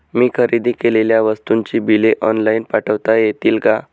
मी खरेदी केलेल्या वस्तूंची बिले ऑनलाइन पाठवता येतील का?